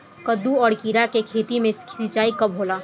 कदु और किरा के खेती में सिंचाई कब होला?